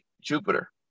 Jupiter